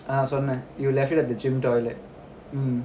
நான்சொன்னேன்:naan sonnen you left it at the gym toilet